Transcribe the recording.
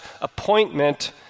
appointment